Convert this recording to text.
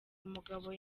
umugabo